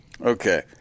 Okay